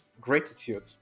gratitude